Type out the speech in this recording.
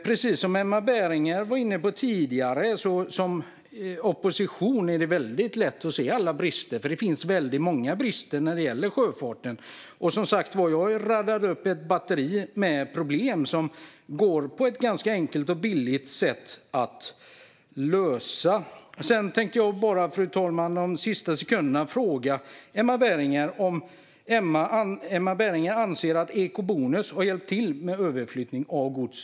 Precis som Emma Berginger var inne på tidigare är det i opposition lätt att se alla brister, för det finns många när det gäller sjöfarten. Jag har radat upp ett batteri med problem som går att lösa på ett ganska enkelt och billigt sätt. Sedan, fru talman, tänkte jag under mina sista sekunder fråga Emma Berginger om hon anser att ekobonus har hjälpt till med överflyttning av gods.